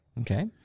okay